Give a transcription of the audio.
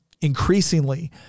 increasingly